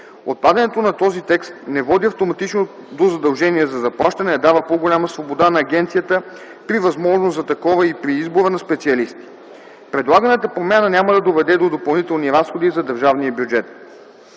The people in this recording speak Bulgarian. Отпадането на този текст не води автоматично до задължения за заплащане, а дава по-голяма свобода на агенцията при възможност за такова и при избора на специалисти. Предлаганата промяна няма да доведе до допълнителни разходи за държавния бюджет.